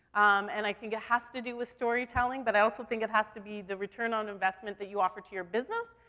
and i think it has to do with storytelling, but i also think it has to be the return on investment that you offer to your business,